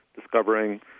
discovering